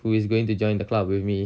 who is going to join the club with me